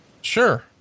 Sure